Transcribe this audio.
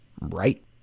Right